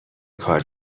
کار